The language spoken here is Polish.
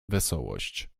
wesołość